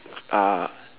uh